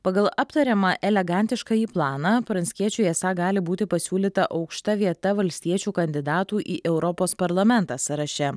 pagal aptariamą elegantiškąjį planą pranckiečiui esą gali būti pasiūlyta aukšta vieta valstiečių kandidatų į europos parlamentą sąraše